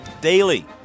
Daily